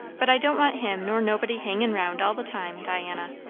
but i don't want him nor nobody hangin' round all the time, diana.